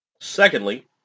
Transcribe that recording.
Secondly